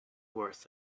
worth